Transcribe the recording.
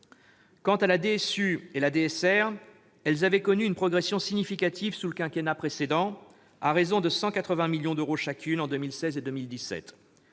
Quant à DSU et à la DSR, elles avaient connu une progression significative sous le quinquennat précédent à raison de 180 millions d'euros chacune en 2016 et en 2017.